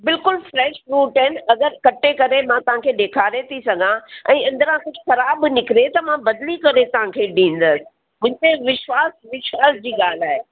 बिल्कुलु fresh fruit आहिनि अगरि कटे करे मां तव्हांखे ॾेखारे थी सघां ऐं अंदरां कुझु ख़राबु बि निकिरे त मां बदिली करे तव्हांखे ॾींदसि मूंते विश्वास विश्वास जी ॻाल्हि आहे